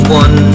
one